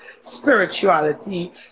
spirituality